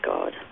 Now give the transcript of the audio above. God